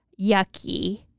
yucky